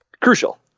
crucial